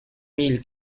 mille